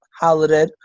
Holiday